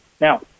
Now